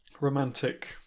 romantic